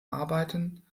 arbeiten